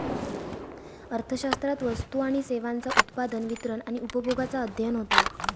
अर्थशास्त्रात वस्तू आणि सेवांचा उत्पादन, वितरण आणि उपभोगाचा अध्ययन होता